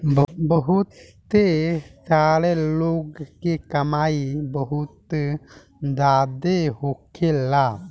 बहुते सारा लोग के कमाई बहुत जादा होखेला